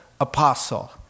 Apostle